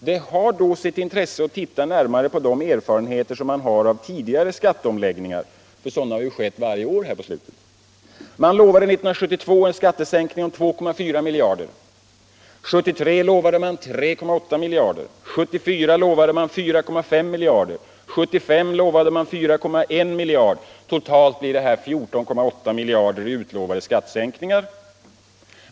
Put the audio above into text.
Det har därför sitt intresse att titta närmare på de erfarenheter som vi har av tidigare skatteomläggningar — sådana har ju skett årligen under senare tid. Man lovade 1972 en skattesänkning om 2,4 miljarder. År 1973 lovade man sänkning med 3,8 miljarder. 1974 lovade man 4,5 miljarder och 1975 lovade man 4,1 miljarder. Totalt blir det 14,8 miljarder kronor i utlovade skattesänkningar.